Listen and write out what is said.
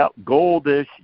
goldish